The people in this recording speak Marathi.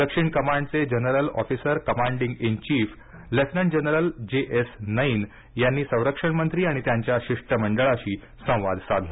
दक्षिण कमांडचे general officer commanding in chief lieutenant general J S Nain यांनी संरक्षण मंत्री आणि त्यांच्या शिष्टमंडळाशी संवाद साधला